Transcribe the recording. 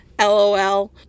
LOL